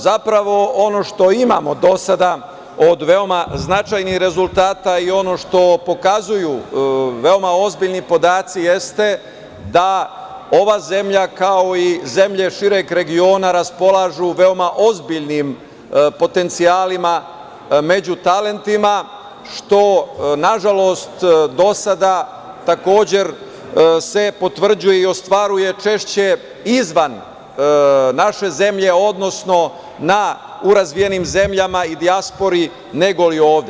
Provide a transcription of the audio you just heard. Zapravo, ono što imamo do sada od veoma značajnih rezultata i ono što pokazuju veoma ozbiljni podaci jeste da ova zemlja kao i zemlje šireg regiona raspolažu veoma ozbiljnim potencijalima među talentima, što, nažalost do sada takođe se potvrđuje i ostvaruje češće izvan naše zemlje, odnosno u razvijenim zemljama i dijaspori nego li ovde.